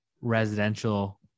residential